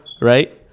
Right